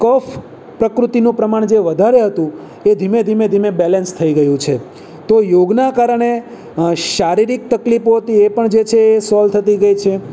કફ પ્રકૃતિનું પ્રમાણ જે વધારે હતું એ ધીમે ધીમે ધીમે બેલેન્સ થઈ ગયું છે તો યોગનાં કારણે શારીરિક તકલીફો હતી એ પણ જે છે એ સોલ્વ થતી ગઈ છે